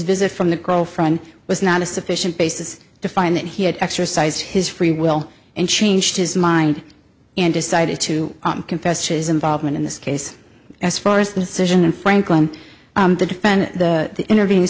visit from the girlfriend was not a sufficient basis to find that he had exercised his free will and changed his mind and decided to confess his involvement in this case as far as the decision and frankly the defendant the interview